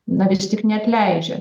na vis tik neatleidžia